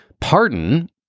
pardon